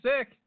sick